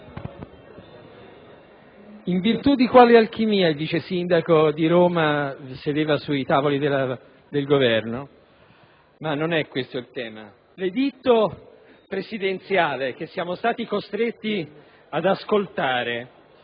in virtù di quale alchimia, il vice sindaco di Roma sedeva sui tavoli del Governo? Ma non è questo il tema. L'editto presidenziale che siamo stati costretti ad ascoltare